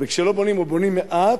או בונים מעט,